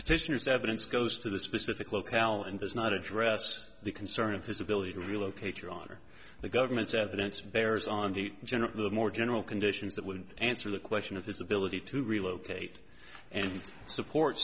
petitioners the evidence goes to the specific locale and has not addressed the concern of his ability to relocate your honor the government's evidence bears on the general the more general conditions that wouldn't answer the question of his ability to relocate and support